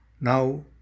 Now